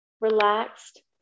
relaxed